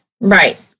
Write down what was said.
Right